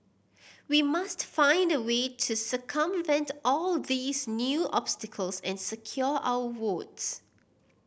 we must find a way to circumvent all these new obstacles and secure our votes